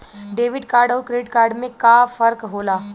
Debit card अउर credit card में का फर्क होला?